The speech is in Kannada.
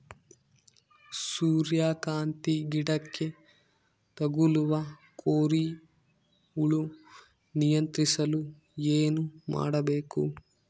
ಸೂರ್ಯಕಾಂತಿ ಗಿಡಕ್ಕೆ ತಗುಲುವ ಕೋರಿ ಹುಳು ನಿಯಂತ್ರಿಸಲು ಏನು ಮಾಡಬೇಕು?